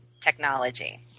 technology